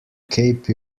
cape